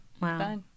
Wow